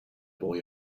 boy